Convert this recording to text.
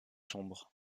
sombre